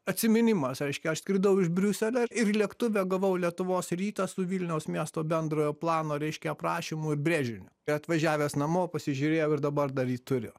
atsiminimas reiškia aš skridau iš briuselio ir lėktuve gavau lietuvos rytą su vilniaus miesto bendrojo plano reiškia aprašymu ir brėžiniu ir atvažiavęs namo pasižiūrėjau ir dabar dar jį turiu